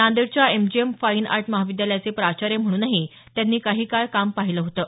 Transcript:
नांदेडच्या MGM fine art महाविद्यालयाचे प्राचार्य म्हणूनही त्यांनी काही काळ काम पाहिलं होतं